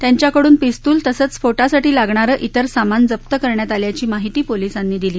त्यांच्याकडून पिस्तूल तसंच स्फोटासाठी लागारं इतर सामान जप्त करण्यासाठी आल्याची माहिती पोलिसांनी दिली